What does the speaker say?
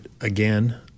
again